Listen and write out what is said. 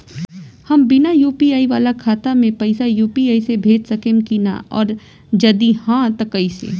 हम बिना यू.पी.आई वाला खाता मे पैसा यू.पी.आई से भेज सकेम की ना और जदि हाँ त कईसे?